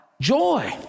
joy